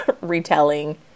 retelling